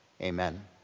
Amen